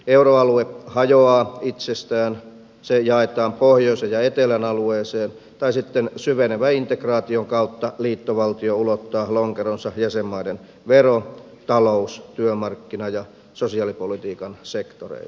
euroalue hajoaa itsestään se jaetaan pohjoisen ja etelän alueeseen tai sitten syvenevän integraation kautta liittovaltio ulottaa lonkeronsa jäsenmaiden vero talous työmarkkina ja sosiaalipolitiikan sektoreille